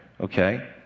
okay